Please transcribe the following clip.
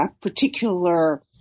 particular